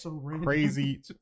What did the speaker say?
crazy